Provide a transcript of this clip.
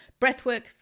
Breathwork